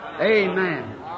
Amen